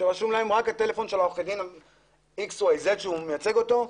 שרשום להם רק מספר הטלפון של עורך הדין המסוים שמייצג אותו.